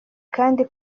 kandi